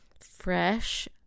fresh